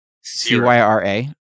C-Y-R-A